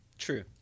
True